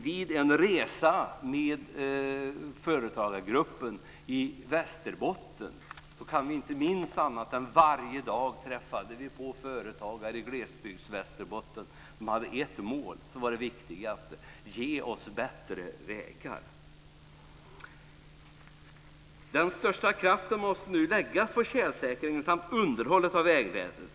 Vid en resa med företagargruppen i Västerbotten träffade vi varje dag företagare i Glesbygdsvästerbotten som uttalade det viktigaste målet: Ge oss bättre vägar. Den största kraften måste nu läggas på tjälsäkringen samt underhållet av vägnätet.